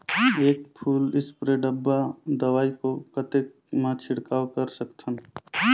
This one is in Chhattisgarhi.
एक फुल स्प्रे डब्बा दवाई को कतेक म छिड़काव कर सकथन?